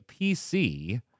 PC